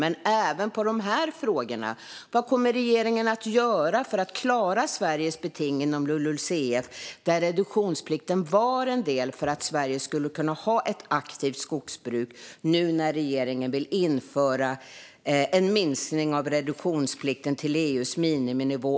Han får gärna svara även på dessa frågor: Vad kommer regeringen att göra för att klara Sveriges beting inom LULUCF, där reduktionsplikten var en del för att Sverige skulle kunna ha ett aktivt skogsbruk, nu när regeringen vill införa en minskning av reduktionsplikten till EU:s miniminivå?